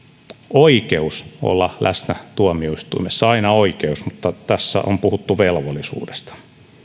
oikeus olla läsnä tuomioistuimessa aina oikeus mutta tässä on puhuttu velvollisuudesta